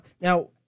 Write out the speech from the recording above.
now